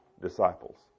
disciples